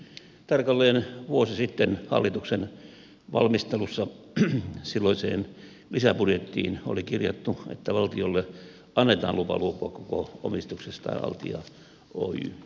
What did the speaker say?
tarkalleen vuosi sitten hallituksen valmistelussa silloiseen lisäbudjettiin oli kirjattu että valtiolle annetaan lupa luopua koko omistuksestaan altia oyjssä